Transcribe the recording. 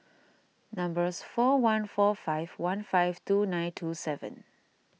numbers four one four five one five two nine two seven